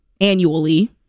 annually